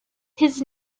his